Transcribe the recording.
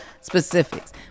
specifics